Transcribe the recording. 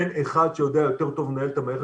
אין אחד שיודע יותר טוב לנהל את המערכת